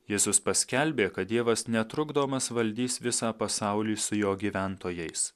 jėzus paskelbė kad dievas netrukdomas valdys visą pasaulį su jo gyventojais